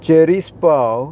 cherries पांव